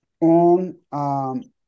on